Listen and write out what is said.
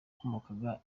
wakomokaga